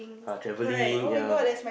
ah travelling ya